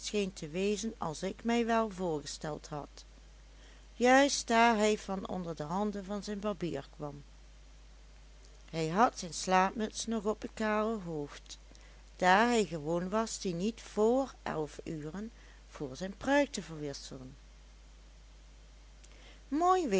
als ik mij wel voorgesteld had juist daar hij van onder de handen van zijn barbier kwam hij had zijn slaapmuts nog op het kale hoofd daar hij gewoon was die niet vr elf uren voor zijn pruik te verwisselen mooi